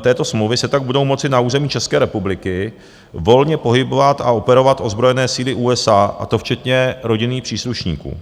této smlouvy se tak budou moci na území České republiky volně pohybovat a operovat ozbrojené síly USA, a to včetně rodinných příslušníků.